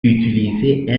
utiliser